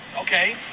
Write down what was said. okay